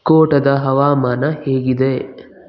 ಕೋಟದ ಹವಾಮಾನ ಹೇಗಿದೆ